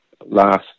last